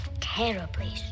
terribly